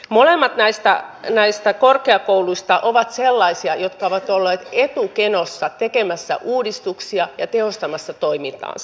molemmat näistä korkeakouluista ovat sellaisia jotka ovat olleet etukenossa tekemässä uudistuksia ja tehostamassa toimintaansa